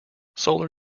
solar